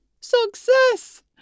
Success